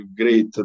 great